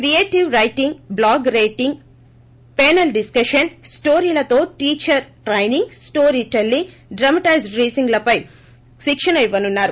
creative writing blog writing panel discussions story లతో teacher training story telling dramatization reading లపై శిక్షణ ఇవ్వనున్నారు